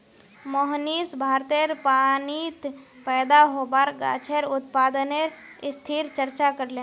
मोहनीश भारतेर पानीत पैदा होबार गाछेर उत्पादनेर स्थितिर चर्चा करले